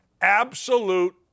absolute